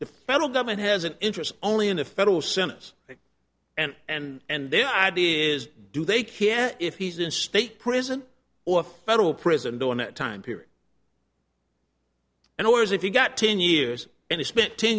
the federal government has an interest only in a federal sentence and and their idea is do they care if he's in state prison or federal prison during that time period and ours if you got ten years and he spent ten